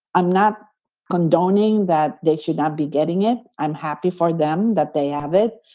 i'm not condoning that. they should not be getting it. i'm happy for them that they have it.